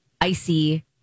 icy